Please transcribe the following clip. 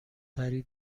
تری